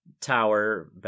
tower